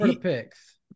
picks